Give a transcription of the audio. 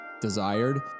desired